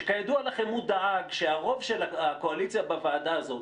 שכידוע לכם הוא דאג שהרוב של הקואליציה בוועדה הזאת,